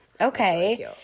Okay